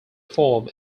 form